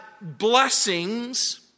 blessings